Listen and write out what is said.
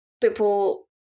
people